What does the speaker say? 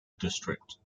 district